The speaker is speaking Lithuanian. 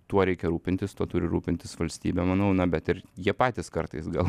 tuo reikia rūpintis tuo turi rūpintis valstybė manau na bet ir jie patys kartais gal